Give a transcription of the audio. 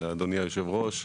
לאדוני היושב ראש,